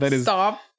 stop